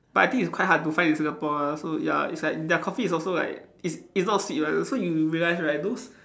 but I think it's quite hard to find in Singapore lah so ya it's like their coffee is also like it's it's not sweet one so you realise right those